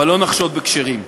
אבל לא נחשוד בכשרים.